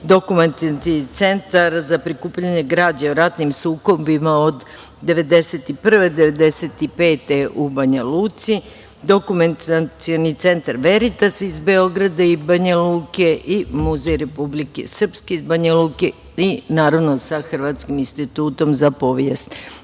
u Americi, centar za prikupljanje građe o ratnim sukobima od 1991-1995. u Banja Luci, Dokumentacioni centar Veritas iz Beograda i Banja Luke i Muzej Republike Srpske iz Banja Luke, naravno, sa Hrvatskim institutom za povijest